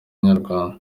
inyarwanda